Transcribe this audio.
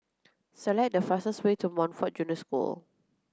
select the fastest way to Montfort Junior School